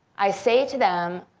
i say to them,